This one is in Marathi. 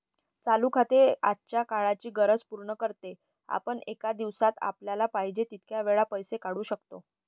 चालू खाते आजच्या काळाची गरज पूर्ण करते, आपण एका दिवसात आपल्याला पाहिजे तितक्या वेळा पैसे काढू शकतो